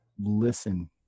listen